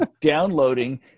downloading